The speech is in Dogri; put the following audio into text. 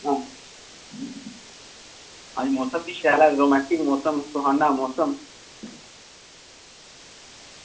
अज्ज मौसम बी शैल ऐ रोमांटिक मौसम सुहाना मौसम